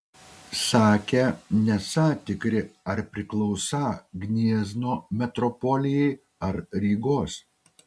sakę nesą tikri ar priklausą gniezno metropolijai ar rygos